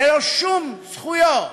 ללא שום זכויות.